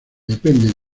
depende